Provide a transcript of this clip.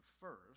first